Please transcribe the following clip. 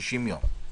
60 יום.